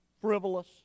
frivolous